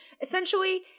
essentially